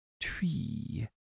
tree